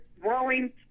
growing